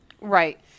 Right